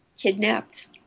Kidnapped